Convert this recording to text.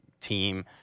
team